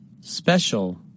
Special